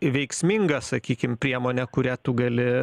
veiksminga sakykim priemonė kuria tu gali